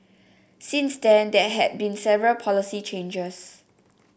since then there had been several policy changes